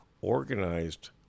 organized